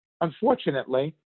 unfortunately